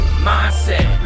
Mindset